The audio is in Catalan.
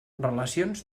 relacions